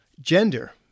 Gender